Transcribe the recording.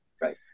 right